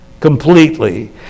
completely